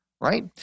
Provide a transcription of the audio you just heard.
right